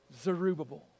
Zerubbabel